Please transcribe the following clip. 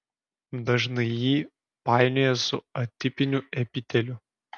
dažnai jį painioja su atipiniu epiteliu